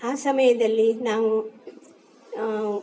ಆ ಸಮಯದಲ್ಲಿ ನಾವು